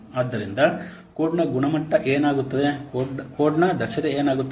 ಆದ್ದರಿಂದ ಕೋಡ್ನ ಗುಣಮಟ್ಟ ಏನಾಗುತ್ತದೆ ಕೋಡ್ನ ದಕ್ಷತೆ ಏನಾಗುತ್ತದೆ